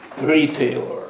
retailer